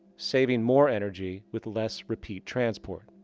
saving more energy with less repeat transport.